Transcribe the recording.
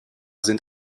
sind